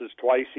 twice